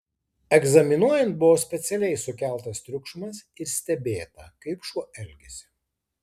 egzaminuojant buvo specialiai sukeltas triukšmas ir stebėta kaip šuo elgiasi